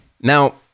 Now